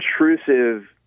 intrusive